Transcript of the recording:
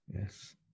Yes